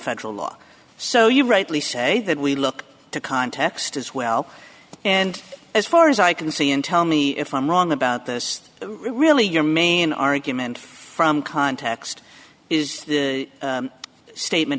federal law so you rightly say that we look to context as well and as far as i can see in tell me if i'm wrong about this really your main argument from context is a statement